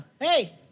hey